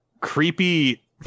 creepy